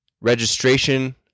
registration